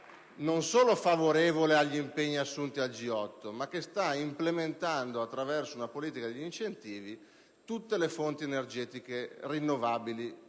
non solo è favorevole agli impegni assunti al G8, ma anzi li sta implementando attraverso una politica volta ad incentivare tutte le fonti energetiche rinnovabili